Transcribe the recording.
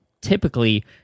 typically